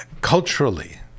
culturally